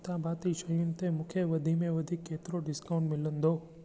किताबाती शयुनि ते मूंखे वधि में वधि केतिरो डिस्काउंट मिलंदो